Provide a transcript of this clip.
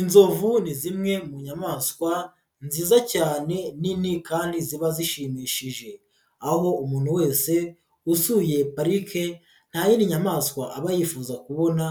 Inzovu ni zimwe mu nyamaswa nziza cyane nini kandi ziba zishimishije, aho umuntu wese usuye parike ntayinindi nyamaswa aba yifuza kubona